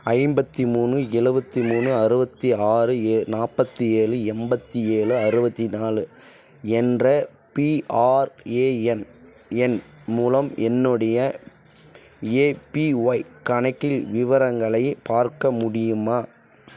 ஐம்பத்தி மூணு எழுபத்தி மூணு அறுபத்தி ஆறு நாற்பத்தி ஏழு எண்பத்தி ஏழு அறுபத்திநாலு என்ற பிஆர்ஏஎன் எண் மூலம் என்னுடைய ஏபிஒய் கணக்கில் விவரங்களை பார்க்க முடியுமா